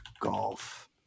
Golf